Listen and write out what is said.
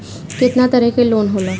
केतना तरह के लोन होला?